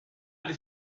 this